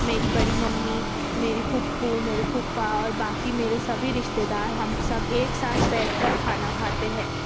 میری بڑی ممّی میری پھپھو میرے پھوپھا اور باقی میرے سبھی رشتے دار ہم سب ایک ساتھ بیٹھ کر کھانا کھاتے ہیں